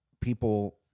people